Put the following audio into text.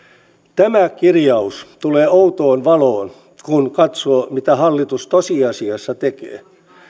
tämä kirjaus tulee outoon valoon kun katsoo mitä hallitus tosiasiassa tekee